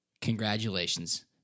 Congratulations